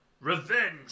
Revenge